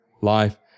life